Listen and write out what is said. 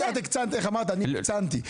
את הקצנת,